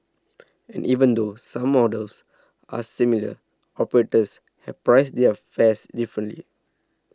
and even though some models are similar operators have priced their fares differently